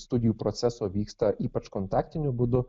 studijų proceso vyksta ypač kontaktiniu būdu